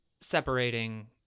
Separating